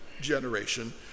generation